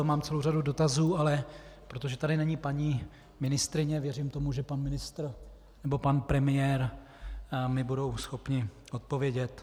Mám celou řadu dotazů, ale protože tady není paní ministryně, věřím tomu, že pan ministr nebo pan premiér mi budou schopni odpovědět.